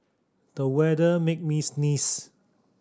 the weather made me sneeze